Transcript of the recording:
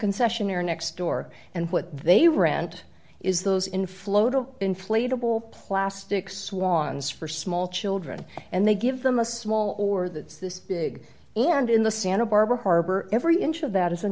concessionaire next door and what they rent is those inflow don't inflatable plastic swans for small children and they give them a small or that's this big and in the santa barbara harbor every inch of that is a